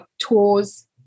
tours